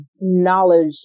knowledge